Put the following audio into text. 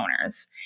owners